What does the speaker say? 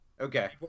Okay